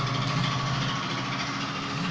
पेड़ से हमनी के फल, फूल आ सब्जी सब मिलेला